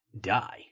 die